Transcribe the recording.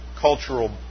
cultural